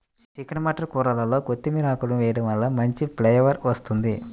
chicken mutton కూరల్లో కొత్తిమీర ఆకులను వేయడం వలన మంచి ఫ్లేవర్ వస్తుంది